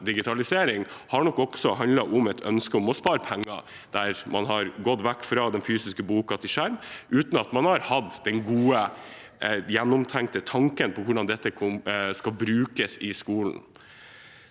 digitalisering har nok også handlet om et ønske om å spare penger, der man har gått vekk fra den fysiske boka og over til skjerm uten at man har hatt den gode, gjennomtenkte tanken om hvordan dette skal brukes i skolen.